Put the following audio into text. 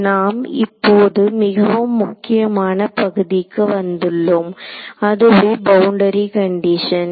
நாம் இப்போது மிகவும் முக்கியமான பகுதிக்கு வந்துள்ளோம் அதுவே பவுண்டரி கண்டிஷன்